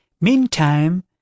Meantime